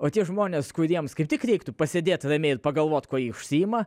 o tie žmonės kuriems kaip tik reiktų pasėdėt ramiai ir pagalvot kuo jie užsiima